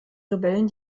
rebellen